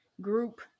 Group